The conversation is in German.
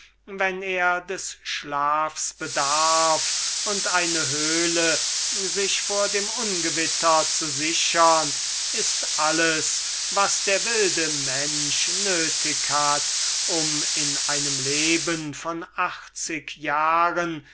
wenn er des schlafs bedarf und eine höhle sich vor dem ungewitter zu sichern ist alles was der wilde mensch nötig hat um in dem lauf von achtzig oder hundert jahren